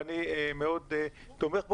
ואני מאוד תומך בו,